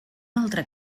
altre